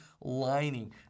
lining